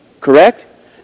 Correct